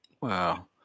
Wow